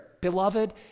beloved